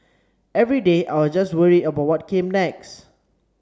every day I was just worried about what came next